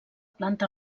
planta